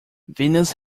venus